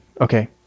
Okay